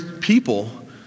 people